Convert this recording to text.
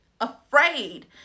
afraid